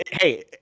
hey